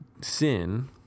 sin